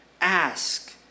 ask